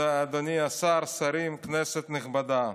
אדוני השר, שרים, כנסת נכבדה,